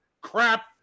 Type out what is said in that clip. crap